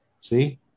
See